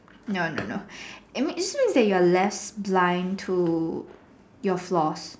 no no no it means it means that you are less blind to your flaws